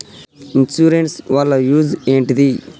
Insurance వాళ్ల use ఏంటిది?